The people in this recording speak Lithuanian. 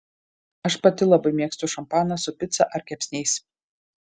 aš pati labai mėgstu šampaną su pica ar kepsniais